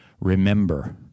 Remember